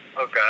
Okay